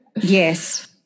Yes